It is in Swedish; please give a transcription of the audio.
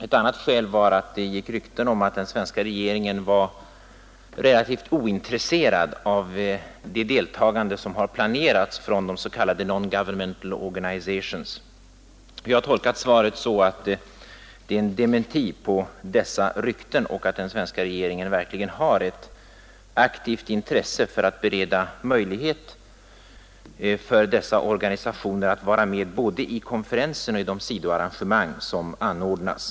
Ett annat skäl var att det gick rykten om att den svenska regeringen var relativt ointresserad av det deltagande som har planerats från de s.k. non-governmental organizations. Jag har tolkat svaret som en dementi på dessa rykten och så, att den svenska regeringen verkligen har ett aktivt intresse för att bereda möjlighet för dessa organisationer att vara med både i konferensen och i de sidoarrangemang som kommer att anordnas.